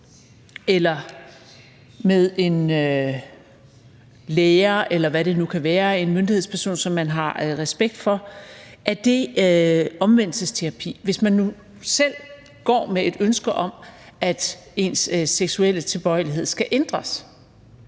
eller med en lærer, eller hvad det nu kan være – en myndighedsperson, som man har respekt for – omvendelsesterapi, hvis man nu selv går med et ønske om, at ens seksuelle tilbøjeligheder skal ændres?